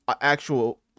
actual